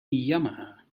yamaha